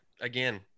Again